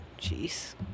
jeez